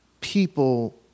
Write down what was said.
people